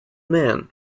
man